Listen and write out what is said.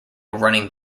running